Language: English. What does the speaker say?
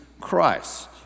Christ